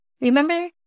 Remember